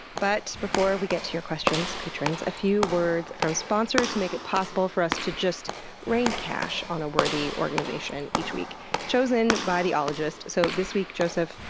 but before we get to your questions, patrons, a few words from sponsors who make it possible for us to just rain cash on a worthy organization each week chosen by the ologist. so this week, joseph,